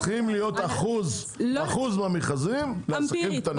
צריך להיות אחוז מהמכרזים, עסקים קטנים.